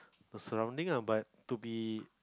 the surrounding lah but to be